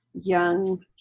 young